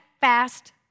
fast